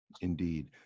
Indeed